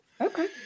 Okay